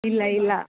ಇಲ್ಲ ಇಲ್ಲ